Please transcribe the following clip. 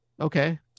okay